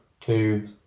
two